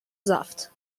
saft